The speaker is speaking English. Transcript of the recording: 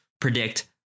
predict